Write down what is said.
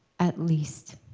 at least.